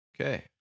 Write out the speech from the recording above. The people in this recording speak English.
okay